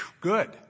Good